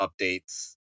updates